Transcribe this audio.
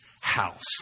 house